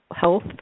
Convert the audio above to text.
health